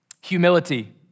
humility